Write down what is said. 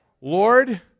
Lord